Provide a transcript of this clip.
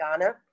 Ghana